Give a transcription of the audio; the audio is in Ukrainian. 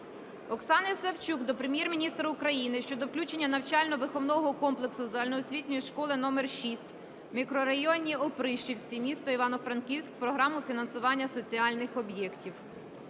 Оксани Савчук до Прем'єр-міністра України щодо включення навчально-виховного комплексу загальноосвітньої школи № 6 в мікрорайоні "Опришівці", місто Івано-Франківськ, в програму фінансування соціальних об'єктів.